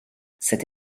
cette